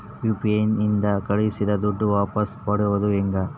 UPI ನಿಂದ ಕಳುಹಿಸಿದ ದುಡ್ಡು ವಾಪಸ್ ಪಡೆಯೋದು ಹೆಂಗ?